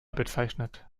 bezeichnet